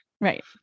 Right